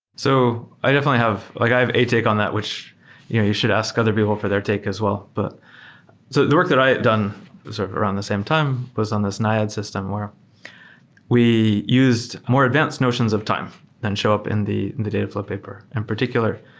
so i have like a take on that, which you should ask other people for their take as well. but so the work that i've done sort of around the same time was on this naiad system, where we used more advanced notions of time and show up in the the dataflow paper. in particular,